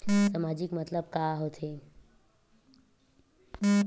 सामाजिक मतलब का होथे?